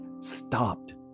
stopped